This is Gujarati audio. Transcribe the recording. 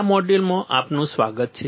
આ મોડ્યુલમાં આપનું સ્વાગત છે